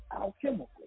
alchemical